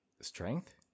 strength